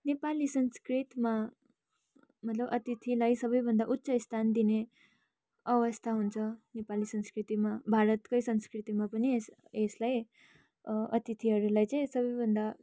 नेपाली संस्कृतमा मतलब अतिथिलाई सबै भन्दा उच्च स्थान दिने अवस्था हुन्छ नेपाली संस्कृतिमा भारतकै संस्कृतिमा पनि यसलाई अतिथिहरूलाई चाहिँ सबैभन्दा